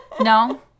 No